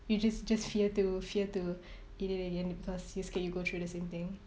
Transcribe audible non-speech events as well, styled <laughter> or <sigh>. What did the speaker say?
you just just fear to fear to <breath> eat it again because you scared you go through the same thing